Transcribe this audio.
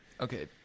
Okay